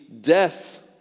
death